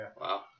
Wow